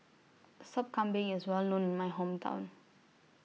Sop Kambing IS Well known in My Hometown